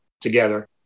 together